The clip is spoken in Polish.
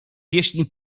pieśni